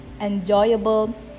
enjoyable